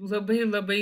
labai labai